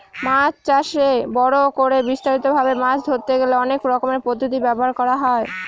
মাছ চাষে বড় করে বিস্তারিত ভাবে মাছ ধরতে গেলে অনেক রকমের পদ্ধতি ব্যবহার করা হয়